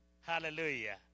Hallelujah